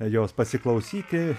jos pasiklausyti